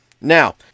Now